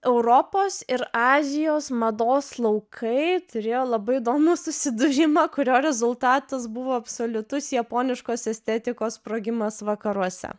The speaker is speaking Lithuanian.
europos ir azijos mados laukai turėjo labai įdomus susidurimaą kurio rezultatas buvo absoliutus japoniškos estetikos sprogimas vakaruose